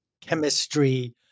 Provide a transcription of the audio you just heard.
chemistry